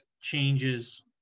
changes